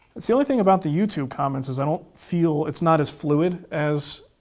that's the only thing about the youtube comments is i don't feel it's not as fluid as.